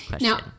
Now